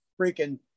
freaking